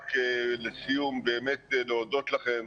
רק לסיום, באמת להודות לכם.